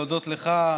להודות לך,